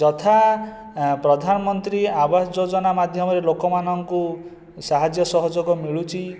ଯଥା ପ୍ରଧାନମନ୍ତ୍ରୀ ଆବାସ ଯୋଜନା ମାଧ୍ୟମରେ ଲୋକମାନଙ୍କୁ ସାହାଯ୍ୟ ସହଯୋଗ ମିଳୁଛି